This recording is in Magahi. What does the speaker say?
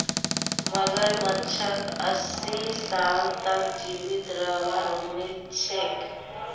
मगरमच्छक अस्सी साल तक जीवित रहबार उम्मीद छेक